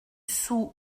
sous